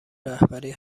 رهبری